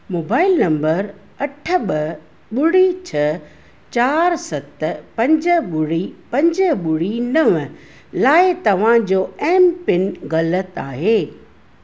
mobile number अठ ॿ ॿुड़ी छह चारि सत पंज ॿुड़ी पंज ॿुड़ी नव लाइ तव्हां जो एमपिन ग़लति आहे